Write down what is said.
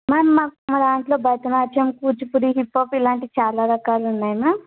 ma'am మా మా దాంట్లో భరతనాట్యం కూచిపూడి హిప్పాప్ ఇలాంటివి చాలా రకాలు ఉన్నాయి మ్యామ్